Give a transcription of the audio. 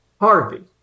Harvey